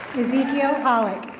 ezekiel palik.